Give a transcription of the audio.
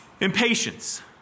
Impatience